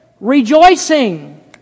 rejoicing